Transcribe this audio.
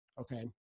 okay